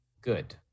good